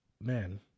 Man